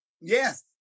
Yes